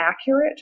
accurate